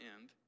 end